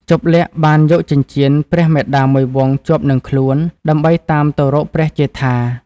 ជប្បលក្សណ៍បានយកចិញ្ចៀន ព្រះមាតាមួយវង់ជាប់នឹងខ្លួន ដើម្បីតាមទៅរកព្រះជេដ្ឋា។